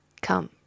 Come